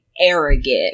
arrogant